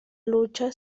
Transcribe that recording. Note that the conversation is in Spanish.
lucha